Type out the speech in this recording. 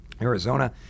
arizona